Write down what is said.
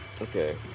Okay